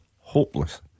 Hopeless